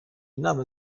inama